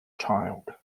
child